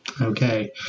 Okay